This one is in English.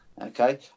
okay